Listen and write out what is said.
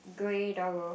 grey doggo